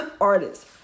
artists